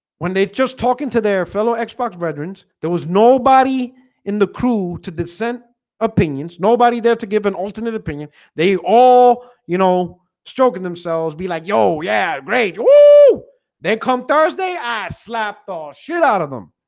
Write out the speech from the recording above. when they just talking to their fellow xbox veterans, there was nobody in the crew to dissent opinions nobody there to give an alternate opinion they all you know stroking themselves be like yo, yeah, great. woo then come thursday. i slap the shit out of them.